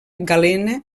galena